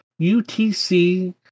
UTC